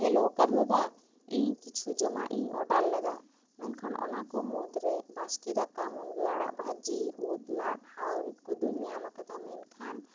hello ᱠᱟ ᱨᱩ ᱫᱟᱫᱟ ᱤᱧ ᱠᱤᱪᱷᱩ ᱡᱚᱢᱟᱜ ᱤᱧ ᱳᱰᱟᱨ ᱞᱮᱫᱟ ᱢᱮᱱᱠᱷᱟᱱ ᱚᱱᱟ ᱠᱚ ᱢᱩᱫᱽ ᱨᱮ ᱵᱟᱥᱠᱮ ᱫᱟᱠᱟ ᱢᱩᱱᱜᱟᱹ ᱟᱲᱟᱜ ᱵᱷᱟ ᱡᱤ ᱩᱫ ᱞᱟᱫ ᱦᱟᱣ ᱨᱤᱫ ᱠᱚᱫᱩᱧ ᱧᱟᱢ ᱟᱠᱟᱫᱟ ᱢᱮᱱᱠᱷᱟᱱ